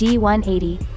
D-180